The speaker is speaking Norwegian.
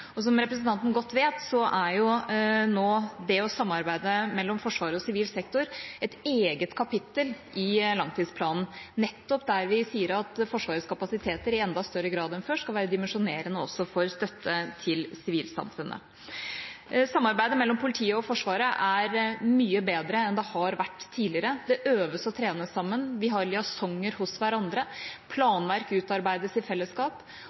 Og som representanten Huitfeldt godt vet, er samarbeidet mellom Forsvaret og sivil sektor nå et eget kapittel i langtidsplanen, nettopp der vi sier at Forsvarets kapasiteter i enda større grad enn før skal være dimensjonert også for støtte til sivilsamfunnet. Samarbeidet mellom politiet og Forsvaret er mye bedre enn det har vært tidligere. Det øves og trenes sammen. Vi har liaisoner hos hverandre, og planverk utarbeides i fellesskap.